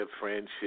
Friendship